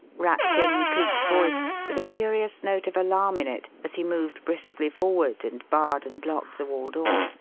rapped in cleek's voice with a curious note of alarm in it, as he moved briskly forward and barred and locked the wall door.